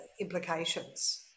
implications